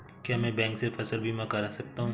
क्या मैं बैंक से फसल बीमा करा सकता हूँ?